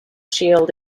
shield